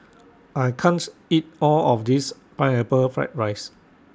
I can't eat All of This Pineapple Fried Rice